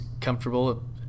comfortable